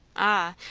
ah,